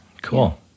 Cool